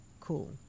cool